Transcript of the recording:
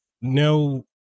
no